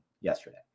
yesterday